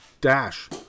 dash